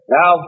Now